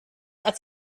als